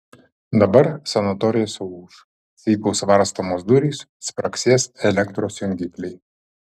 dabar sanatorija suūš cypaus varstomos durys spragsės elektros jungikliai